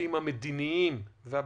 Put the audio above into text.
בנושאים המדיניים והביטחוניים,